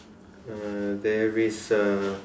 uh there is a